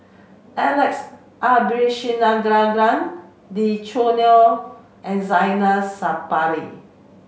Alex Abisheganaden Lee Choo Neo and Zainal Sapari